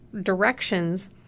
directions